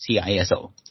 CISO